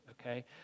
okay